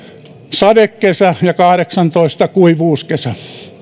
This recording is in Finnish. sadekesä seitsemäntoista ja kuivuuskesä kahdeksantoista